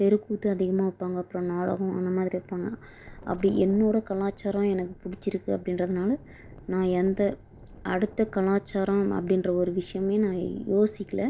தெருக்கூத்து அதிகமாக வைப்பாங்க அப்புறோம் நாடகம் அந்த மாதிரி வைப்பாங்க அப்படி என்னோட கலாச்சாரம் எனக்கு பிடிச்சிருக்கு அப்படின்றதுனால நான் எந்த அடுத்த கலாச்சாரம் அப்படின்ற ஒரு விஷியமே நான் யோசிக்கல